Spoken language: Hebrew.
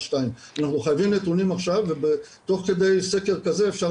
2022. אנחנו חייבים נתונים עכשיו ותוך כדי סקר כזה אפשר